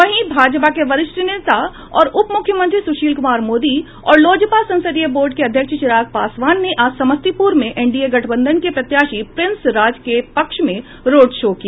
वहीं भाजपा के वरिष्ठ नेता और उप मुख्यमंत्री सुशील कुमार मोदी और लोजपा संसदीय बोर्ड के अध्यक्ष चिराग पासवान ने आज समस्तीपूर में एनडीए गठबंधन के प्रत्याशी प्रिंस राज के पक्ष में रोड शो किया